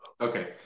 Okay